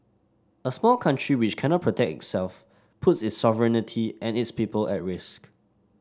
a small country which cannot protect itself puts its sovereignty and its people at risk